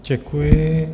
Děkuji.